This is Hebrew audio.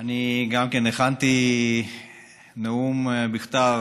אני גם כן הכנתי נאום בכתב,